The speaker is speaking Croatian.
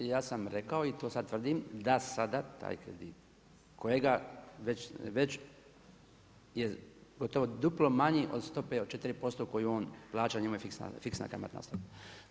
Ja sam rekao i to sad tvrdim da sada taj kredit kojega već je gotovo duplo manji od stope od 4% koju on plaća, njemu je fiksna kamatna stopa.